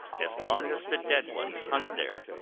as long as the dead ones hung there,